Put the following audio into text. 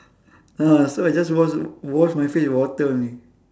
ah so I just wash wash my face with water only